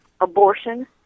Abortion